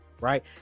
right